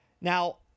Now